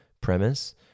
premise